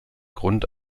grund